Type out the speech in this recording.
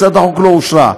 הצעת החוק לא אושרה.